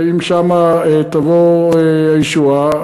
ואם משם תבוא הישועה,